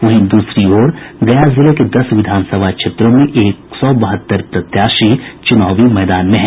वहीं दूसरी और गया जिले के दस विधानसभा क्षेत्रों में एक सौ बहत्तर प्रत्याशी चुनावी मैदान में हैं